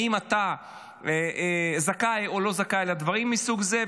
אתה זכאי או לא זכאי לדברים מסוג זה.